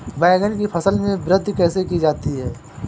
बैंगन की फसल में वृद्धि कैसे की जाती है?